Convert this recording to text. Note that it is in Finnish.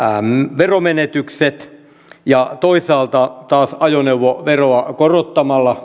veronmenetykset ja toisaalta taas ajoneuvoveroa korottamalla